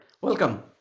Welcome